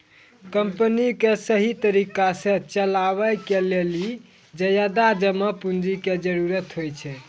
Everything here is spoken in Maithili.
कमपनी क सहि तरिका सह चलावे के लेलो ज्यादा जमा पुन्जी के जरुरत होइ छै